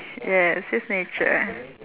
yes his nature